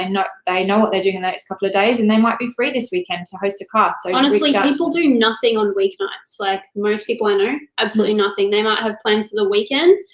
and they know what they're doing in the next couple of days, and they might be free this weekend to host a class. so honestly, and people do nothing on weeknights. like most people i know, absolutely nothing. they might have plans for the weekend,